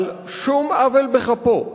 על שום עוול בכפו,